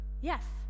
Yes